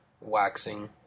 waxing